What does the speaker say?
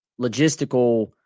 logistical